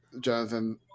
Jonathan